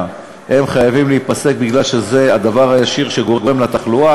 חייבים להפסיק לפעול כי הם הדבר הישיר שגורם לתחלואה,